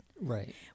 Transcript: right